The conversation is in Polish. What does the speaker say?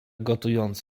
gotując